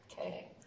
Okay